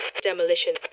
Demolition